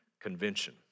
Convention